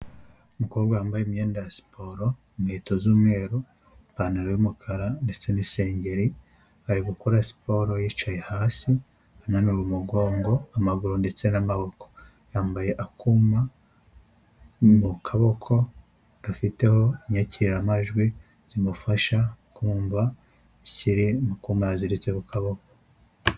Umukobwa wambaye imyenda ya siporo, inkweto z'umweru, ipantaro y'umukara ndetse n'isengeri, ari gukora siporo yicaye hasi, ananura umugongo, amaguru ndetse n'amaboko. Yambaye akuma mu kaboko gafiteho inyakiramajwi zimufasha kumva ikiri mu kuma aziritse ku kaboko.